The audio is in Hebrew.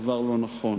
דבר לא נכון.